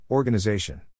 Organization